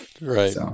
Right